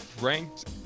ranked